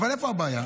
אבל איפה הבעיה?